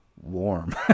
warm